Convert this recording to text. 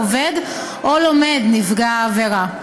או עובד או לומד נפגע העבירה.